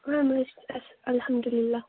اَلحَمدُاللہ